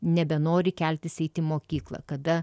nebenori keltis eiti į mokyklą kada